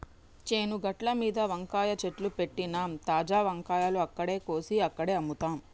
చేను గట్లమీద వంకాయ చెట్లు పెట్టినమ్, తాజా వంకాయలు అక్కడే కోసి అక్కడే అమ్ముతాం